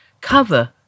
Cover